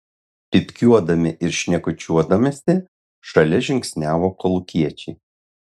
pypkiuodami ir šnekučiuodamiesi šalia žingsniavo kolūkiečiai